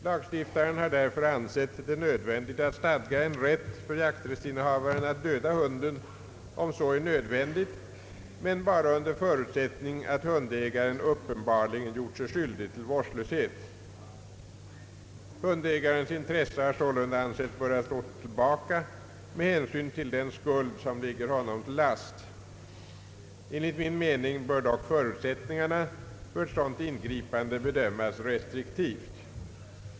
Lagstiftaren har därför ansett det nödvändigt att stadga en rätt för jakträttsinnehavaren att döda hunden om så är nödvändigt, men bara under förutsättning att hundägaren uppenbarligen gjort sig skyldig till vårdslöshet. Hundägarens intresse har sålunda ansetts böra stå tillbaka med hänsyn till den skuld som ligger honom till last. Enligt min mening bör dock förutsättningarna för ett sådant ingripande bedömas restriktivt.